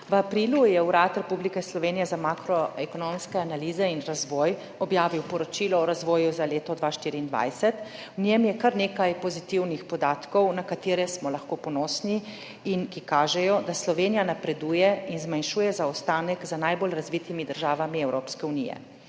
V aprilu je Urad Republike Slovenije za makroekonomske analize in razvoj objavil Poročilo o razvoju za leto 2024. V njem je kar nekaj pozitivnih podatkov, na katere smo lahko ponosni in ki kažejo, da Slovenija napreduje in zmanjšuje zaostanek za najbolj razvitimi državami Evropske unije.